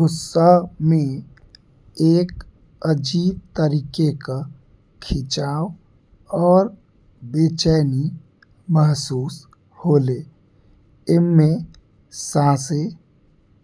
गुस्सा में एक अजीब तरीके का खिंचाव और बेचैनी महसूस होले। एमे सांसें